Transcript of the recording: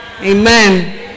amen